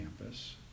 campus